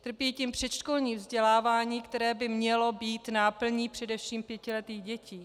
Trpí tím předškolní vzdělávání, které by mělo být náplní především pětiletých dětí.